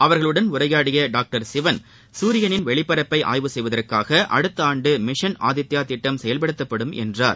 அவர்களுடன் உரையாடிய டாக்டர் சிவன் சூரியனின் வெளிப்பரப்பை ஆய்வு செய்வதற்காக அடுத்த ஆண்டு மிஷன் ஆதித்யா திட்டம் செயல்படுத்தப்படும் என்றார்